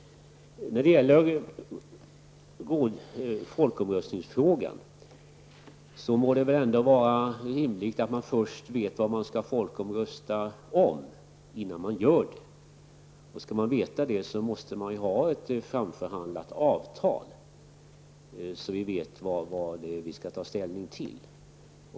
Beträffande folkomröstningsfrågan är det rimligt att man först bör veta vad man skall folkomrösta om innan en sådan kommer till stånd. Om man skall kunna veta det, måste det finnas ett framförhandlat avtal att ta ställning till.